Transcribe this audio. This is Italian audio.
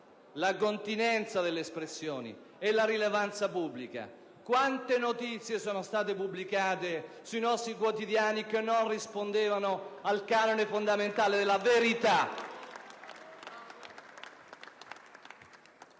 la continenza dell'espressione e la rilevanza pubblica. Quante notizie sono state pubblicate sui nostri quotidiani che non rispondevano al canone fondamentale della verità!